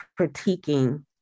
critiquing